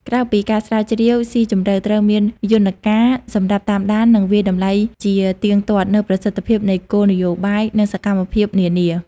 ក្រៅពីការស្រាវជ្រាវស៊ីជម្រៅ ត្រូវមានយន្តការសម្រាប់តាមដាន និងវាយតម្លៃជាទៀងទាត់នូវប្រសិទ្ធភាពនៃគោលនយោបាយ និងសកម្មភាពនានា។